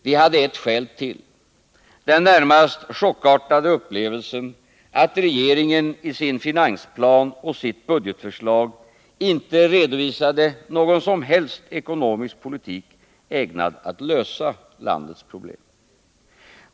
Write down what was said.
Vi hade ett skäl till— den närmast chockartade upplevelsen att regeringen i sin finansplan och sitt budgetförslag inte redovisade någon som helst ekonomisk politik ägnad att lösa landets problem.